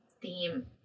theme